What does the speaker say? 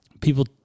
people